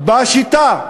בשיטה.